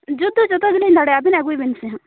ᱡᱩᱛ ᱫᱚ ᱡᱚᱛᱚ ᱜᱮᱞᱤᱧ ᱫᱟᱲᱮᱭᱟᱜᱼᱟ ᱟᱹᱵᱤᱱ ᱟᱹᱜᱩᱭ ᱵᱤᱱ ᱥᱮ ᱦᱟᱸᱜ